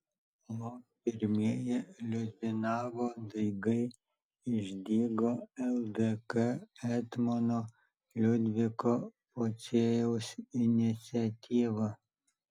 o pirmieji liudvinavo daigai išdygo ldk etmono liudviko pociejaus iniciatyva